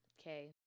okay